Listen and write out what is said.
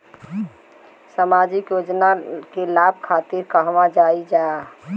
सामाजिक योजना के लाभ खातिर कहवा जाई जा?